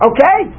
Okay